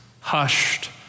hushed